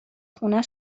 خونه